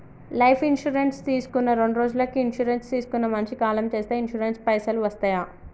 Life insurance తీసుకున్న రెండ్రోజులకి insurance తీసుకున్న మనిషి కాలం చేస్తే ఇన్సూరెన్స్ పైసల్ వస్తయా?